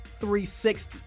360